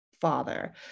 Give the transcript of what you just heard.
father